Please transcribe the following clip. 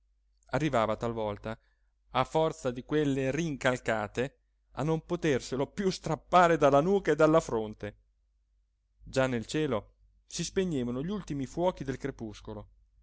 arrivava talvolta a forza di quelle rincalcate a non poterselo più strappare dalla nuca e dalla fronte già nel cielo si spegnevano gli ultimi fuochi del crepuscolo